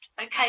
okay